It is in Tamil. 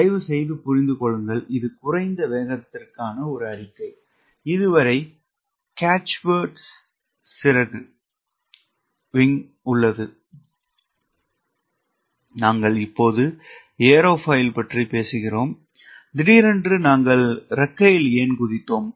தயவுசெய்து புரிந்து கொள்ளுங்கள் இது குறைந்த வேகத்திற்கான அறிக்கை இதுவரை கேட்ச்வேர்டு சிறகு உள்ளது நாங்கள் இப்போது ஏரோஃபாயில் பற்றி பேசுகிறோம் திடீரென்று நாங்கள் இறக்கையில் குதித்தோம்